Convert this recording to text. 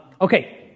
Okay